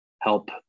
help